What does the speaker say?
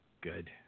good